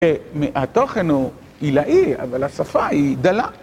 התוכן הוא עילאי, אבל השפה היא דלה.